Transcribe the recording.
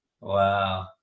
Wow